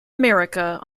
america